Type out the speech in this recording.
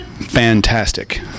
fantastic